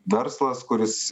verslas kuris